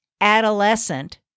adolescent